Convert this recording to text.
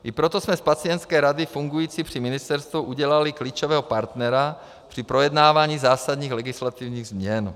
I proto jsme z pacientské rady fungující při ministerstvu udělali klíčového partnera při projednávání zásadních legislativních změn.